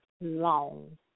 long